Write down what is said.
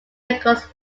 records